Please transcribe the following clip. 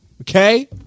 Okay